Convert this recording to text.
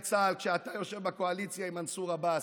צה"ל כשאתה יושב בקואליציה עם מנסור עבאס,